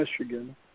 Michigan